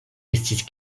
estis